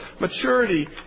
maturity